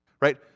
Right